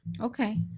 Okay